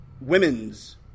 women's